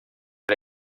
per